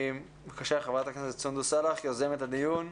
בבקשה, חברת הכנסת סונדוס סאלח, יוזמת הדיון.